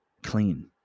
Clean